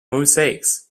mosaics